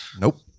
Nope